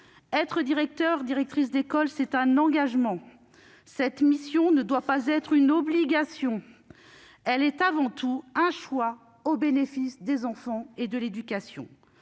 Être directeur ou directrice d'école est un engagement. Cette mission ne doit pas être une obligation. Elle est avant tout un choix au bénéfice des enfants et de l'éducation.